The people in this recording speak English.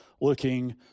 looking